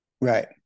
Right